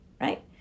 right